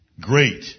Great